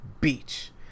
beach